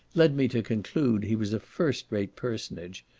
led me to conclude he was a first-rate personage,